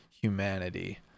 humanity